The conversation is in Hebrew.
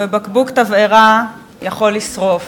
ובקבוק תבערה יכול לשרוף,